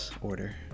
order